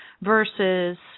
versus